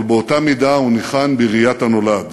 אבל באותה מידה הוא ניחן בראיית הנולד.